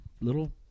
little